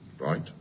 Right